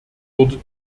wurde